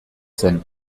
zen